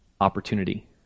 opportunity